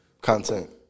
Content